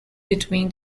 between